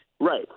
Right